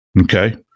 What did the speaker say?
Okay